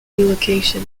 relocation